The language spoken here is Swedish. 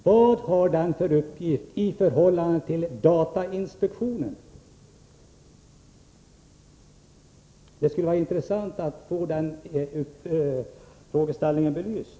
Vilka uppgifter i förhållande till datainspektionens kommer den att ha? Det vore intressant att få den frågan belyst.